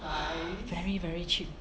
very very cheap